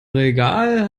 regal